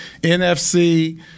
NFC